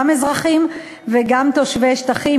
גם אזרחים וגם תושבי שטחים,